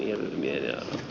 öljynviejä